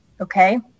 okay